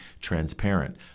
transparent